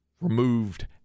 removed